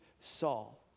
Saul